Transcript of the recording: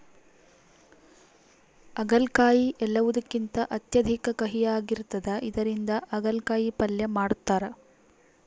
ಆಗಲಕಾಯಿ ಎಲ್ಲವುಕಿಂತ ಅತ್ಯಧಿಕ ಕಹಿಯಾಗಿರ್ತದ ಇದರಿಂದ ಅಗಲಕಾಯಿ ಪಲ್ಯ ಮಾಡತಾರ